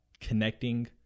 connecting